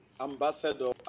Ambassador